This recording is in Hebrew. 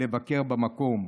לבקר במקום,